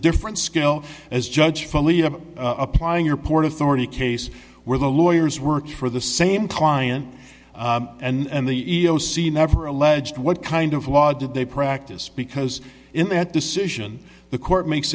different skill as judge fully applying your port authority case where the lawyers work for the same client and the e e o c never alleged what kind of law did they practice because in that decision the court makes